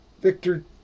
Victor